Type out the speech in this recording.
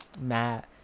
Matt